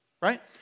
right